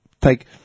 take